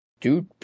dude